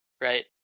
right